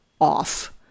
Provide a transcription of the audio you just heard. off